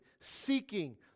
seeking